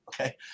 okay